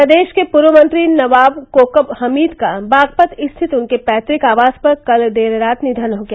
प्रदेश के पूर्व मंत्री नवाब कोकब हमीद का बागपत स्थित उनके पैतुक आवास पर कल देर रात निधन हो गया